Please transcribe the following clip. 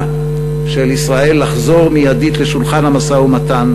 של ישראל לחזור מייד לשולחן המשא-ומתן,